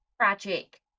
tragic